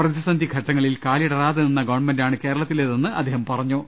പ്രതിസന്ധി ഘട്ടങ്ങളിൽ കാലിടറാതെ നിന്ന ഗവൺമെന്റാണ് കേരളത്തിലേതെന്ന് അദ്ദേഹം പറഞ്ഞു